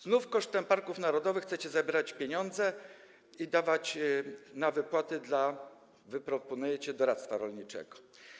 Znów kosztem parków narodowych chcecie zabierać pieniądze i dawać na wypłaty dla - wy tak proponujecie - doradztwa rolniczego.